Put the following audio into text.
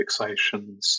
fixations